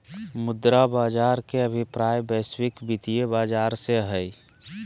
मुद्रा बाज़ार के अभिप्राय वैश्विक वित्तीय बाज़ार से हइ